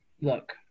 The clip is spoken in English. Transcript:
Look